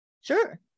Sure